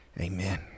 amen